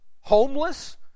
Homeless